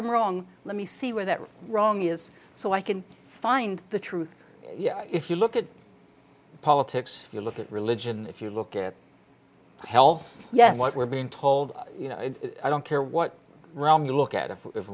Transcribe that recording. i'm wrong let me see where that wrong is so i can find the truth yeah if you look at politics if you look at religion if you look at health yes what we're being told you know i don't care what realm you look at